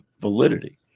validity